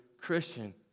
Christian